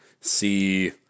see